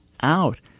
out